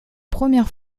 première